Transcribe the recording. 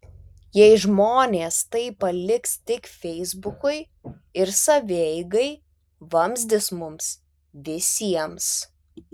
jei žmonės tai paliks tik feisbukui ir savieigai vamzdis mums visiems